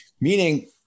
Meaning